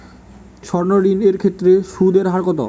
সর্ণ ঋণ এর ক্ষেত্রে সুদ এর হার কত?